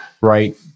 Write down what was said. right